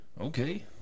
Okay